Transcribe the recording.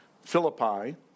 Philippi